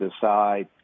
decide